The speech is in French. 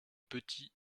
petit